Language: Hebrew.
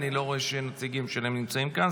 אני לא רואה נציגים שלהם הנמצאים כאן,